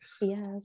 Yes